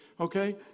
Okay